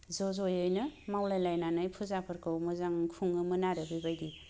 ज' ज'यैनो मावलायलायनानै फुजाफोरखौ मोजां खुङोमोन आरो बिबायदि